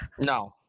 No